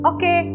Okay